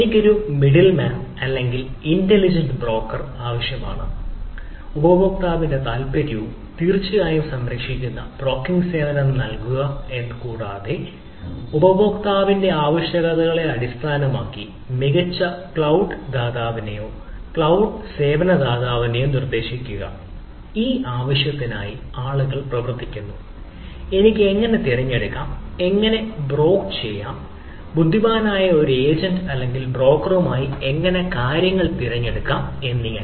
എനിക്ക് ഒരു മിഡിൽമാൻ അല്ലെങ്കിൽ ഇന്റലിജന്റ് ബ്രോക്കർ ചെയ്യാം ബുദ്ധിമാനായ ഒരു ഏജന്റ് അല്ലെങ്കിൽ ബ്രോക്കറുമായി എങ്ങനെ കാര്യങ്ങൾ തിരഞ്ഞെടുക്കാം എന്നിങ്ങനെ